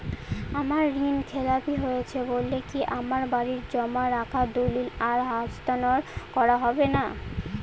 আমার ঋণ খেলাপি হয়েছে বলে কি আমার বাড়ির জমা রাখা দলিল আর হস্তান্তর করা হবে না?